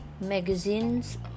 magazines